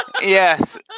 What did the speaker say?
Yes